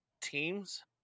teams